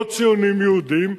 לא ציונים יהודים,